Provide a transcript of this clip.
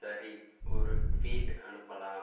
சரி ஒரு ட்வீட் அனுப்பலாம்